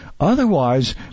Otherwise